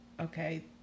okay